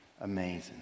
Amazing